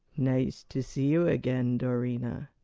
nice to see you again, dorina.